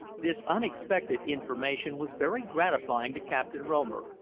this unexpected information was very gratifying to captain romer,